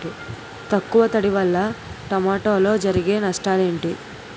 తక్కువ తడి వల్ల టమోటాలో జరిగే నష్టాలేంటి?